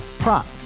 Prop